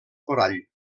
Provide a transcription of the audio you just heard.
corall